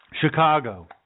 Chicago